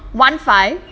one five